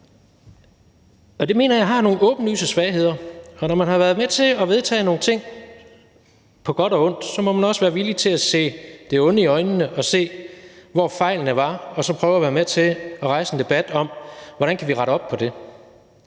Det mener jeg har nogle åbenlyse svagheder, og når man har været med til at vedtage nogle ting på godt og ondt, må man også være villig til at se det onde i øjnene og se på, hvor fejlene var, og prøve at være med til at rejse en debat om, hvordan vi kan rette op på det.